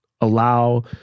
allow